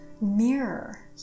mirror